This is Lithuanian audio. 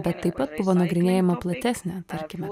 bet taip pat buvo nagrinėjama platesnė tarkime